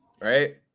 right